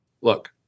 look